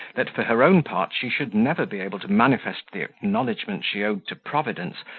that for her own part she should never be able to manifest the acknowledgment she owed to providence,